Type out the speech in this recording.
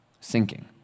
sinking